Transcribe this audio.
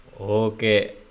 Okay